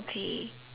okay